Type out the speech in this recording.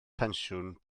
pensiwn